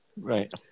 Right